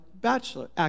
Bachelor